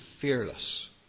fearless